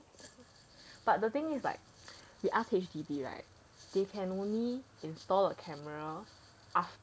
but the thing is like he asked H_D_B right they can only install a camera